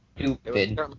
stupid